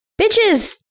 bitches